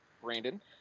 Brandon